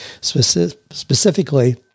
Specifically